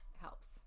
helps